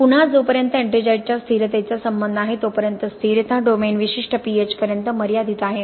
पुन्हा जोपर्यंत एट्रिंजाइटच्या स्थिरतेचा संबंध आहे तोपर्यंत स्थिरता डोमेन विशिष्ट pH पर्यंत मर्यादित आहे